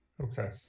Okay